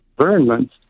environment